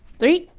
three,